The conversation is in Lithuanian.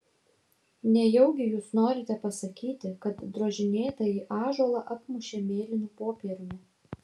nejaugi jūs norite pasakyti kad drožinėtąjį ąžuolą apmušė mėlynu popieriumi